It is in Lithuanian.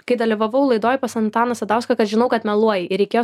kai dalyvavau laidoj pas antaną sadauską kad žinau kad meluoji ir reikėjo